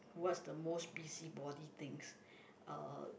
what's the most busybody thing